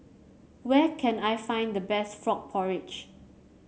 where can I find the best Frog Porridge